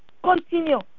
Continue